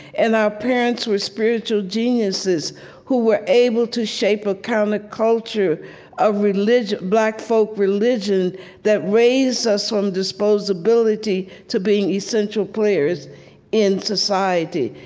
and our parents were spiritual geniuses who were able to shape a counterculture of black folk religion that raised us from disposability to being essential players in society.